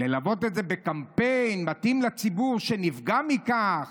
ללוות את זה בקמפיין מתאים לציבור שנפגע מכך,